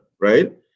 Right